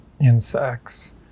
Insects